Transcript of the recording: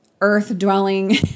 earth-dwelling